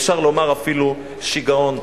אפשר לומר אפילו שיגעון.